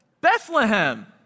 Bethlehem